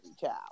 child